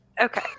okay